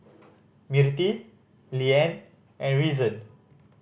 Mirtie Liane and Reason